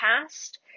past